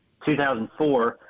2004